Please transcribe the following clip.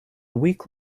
week